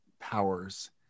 powers